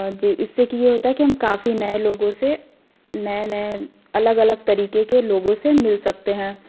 इससे की ये होता है कि हम काफ़ी नए लोगों से नए नए अलग अलग तरीके के लोगों से मिल सकते हैं